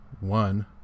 one